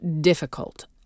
difficult